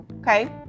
okay